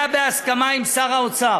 היה בהסכמה עם שר האוצר,